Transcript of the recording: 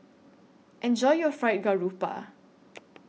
Enjoy your Fried Garoupa